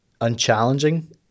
unchallenging